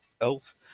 elf